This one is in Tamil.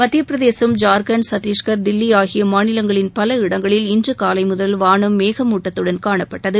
மத்திய பிரதேஷம் ஜார்கண்ட் சத்தீஷ்கர் தில்லி ஆகிய மாநிலங்களின் பல இடங்களில் இன்று காலை முதல் வானம் மேகமூட்டத்துடன் காணப்பட்டது